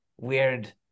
Weird